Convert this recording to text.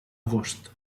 agost